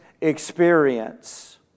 experience